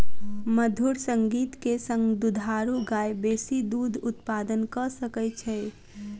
मधुर संगीत के संग दुधारू गाय बेसी दूध उत्पादन कअ सकै छै